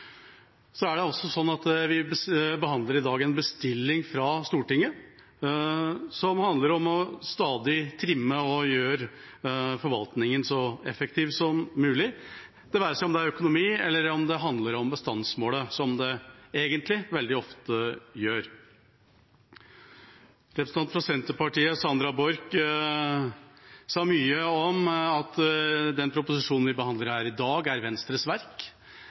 Det er også sånn at vi behandler i dag en bestilling fra Stortinget som handler om stadig å trimme og gjøre forvaltningen så effektiv som mulig – om det handler om økonomi eller det handler om bestandsmålet, som det egentlig veldig ofte gjør. Representanten fra Senterpartiet, Sandra Borch, sa mye om at den proposisjonen vi behandler her i dag, er Venstres verk.